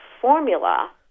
formula